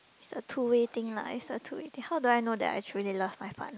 a two way thing lah it's a two way thing how do I know that I actually really love my father